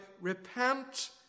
repent